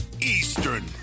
Eastern